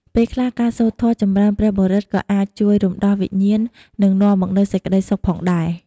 ពេលខ្លះការសូត្រធម៌ចំរើនព្រះបរិត្ត ក៏អាចជួយរំដោះវិញ្ញាណ និងនាំមកនូវសេចក្តីសុខផងដែរ។